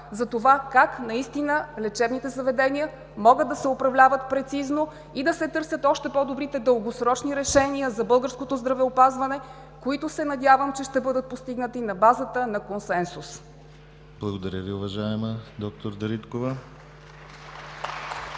за това как лечебните заведения могат да се управляват прецизно и да се търсят още по-добри дългосрочни решения за българското здравеопазване, които, надявам се, ще бъдат постигнати на базата на консенсус. (Ръкопляскания от ГЕРБ.)